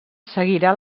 seguirà